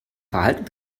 verhalten